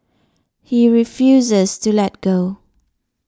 he refuses to let go